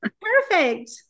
Perfect